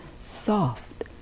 Soft